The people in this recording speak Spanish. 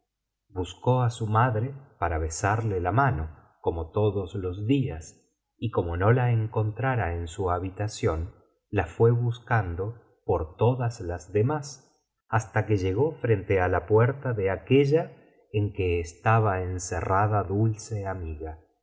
buscó á su madre para besarle la mano como todos los días y como no la encontrara en su habitación la fué buscando por todas las demás hasta que llegó frente á la puerta de aquella en que estaba encerrada dulce amiga